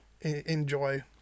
enjoy